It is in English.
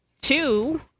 two